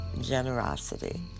generosity